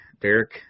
Derek